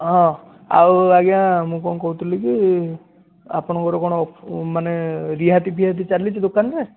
ହଁ ଆଉ ଆଜ୍ଞା ମୁଁ କ'ଣ କହୁଥିଲିକି ଆପଣଙ୍କ କ'ଣ ମାନେ ରିହାତି ଫିହାତି ଚାଲିଛି ଦୋକାନରେ